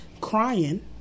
crying